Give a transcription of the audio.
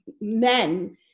men